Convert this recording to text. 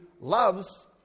loves